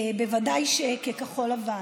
בוודאי שבכחול לבן,